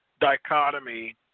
dichotomy